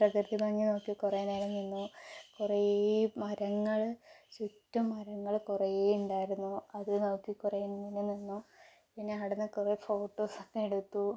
പ്രകൃതി ഭംഗി നോക്കി കുറേ നേരം നിന്നു കുറേ മരങ്ങൾ ചുറ്റും മരങ്ങൾ കുറേ ഉണ്ടായിരുന്നു അത് നോക്കി കുറേ അങ്ങനെ നിന്നു പിന്നെ അവിടെ നിന്ന് കുറേ ഫോട്ടോസ് ഒക്കെ എടുത്തു